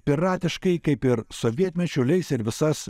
piratiškai kaip ir sovietmečiu leis ir visas